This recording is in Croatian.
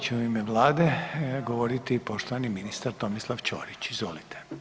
Sada će u ime vlade govoriti poštovani ministar Tomislav Ćorić, izvolite.